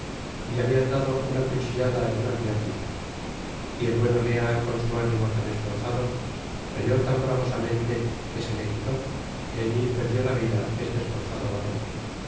y le habian dado una cuchillada en una pierna y el buen olea con su ánimo tan esforzado peleó tan br avosamente que se le quitó y allí perdió la vida este esforzado varon